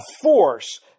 force